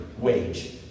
wage